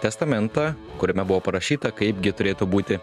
testamentą kuriame buvo parašyta kaipgi turėtų būti